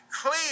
clear